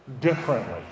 differently